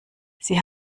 sie